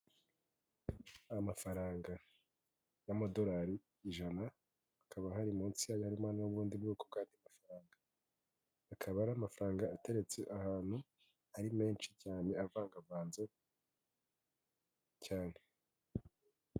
Amafaranga y'amadorari ijana, akaba hari munsi yayo harimo n'ubundi bwoko bw'andi mafaranga, akaba ari amafaranga ateretse ahantu ari menshi cyane avangavanze cyane.